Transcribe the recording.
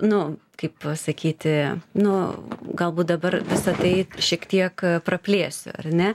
nu kaip pasakyti nu galbūt dabar visa tai šiek tiek praplėsiu ar ne